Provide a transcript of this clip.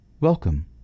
welcome